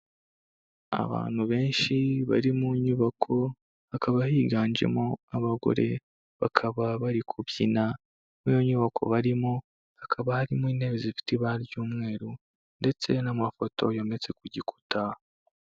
Abantu benshi bari mu nyubako hakaba higanjemo abagore bakaba bari kubyina. Muri iyo nyubako barimo, hakaba harimo intebe zifite ibara ry'umweru ndetse n'amafoto yometse ku gikuta.